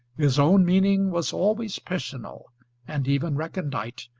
his own meaning was always personal and even recondite,